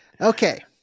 okay